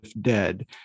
dead